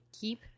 keep